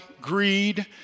greed